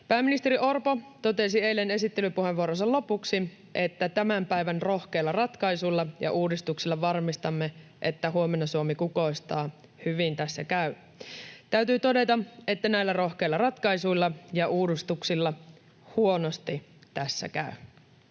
Pääministeri Orpo totesi eilen esittelypuheenvuoronsa lopuksi, että tämän päivän rohkeilla ratkaisuilla ja uudistuksilla varmistamme, että huomenna Suomi kukoistaa; hyvin tässä käy. Täytyy todeta, että näillä rohkeilla ratkaisuilla ja uudistuksilla huonosti tässä käy.